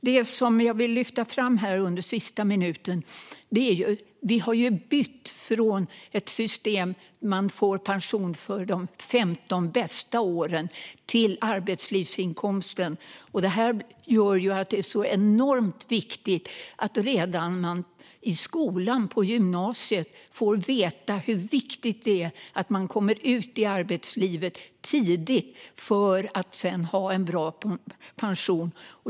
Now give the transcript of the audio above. Det som jag vill lyfta fram här under sista minuten av mitt anförande är att vi har bytt från ett system där man får pension för de 15 bästa åren till ett system som är baserat på hela arbetslivsinkomsten. Detta gör att det är enormt viktigt att man redan i gymnasiet får veta hur viktigt det är att man kommer ut i arbetslivet tidigt för att kunna få en bra pension.